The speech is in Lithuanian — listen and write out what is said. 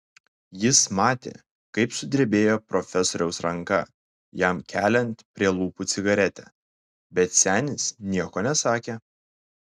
jis matė kaip sudrebėjo profesoriaus ranka jam keliant prie lūpų cigaretę bet senis nieko nesakė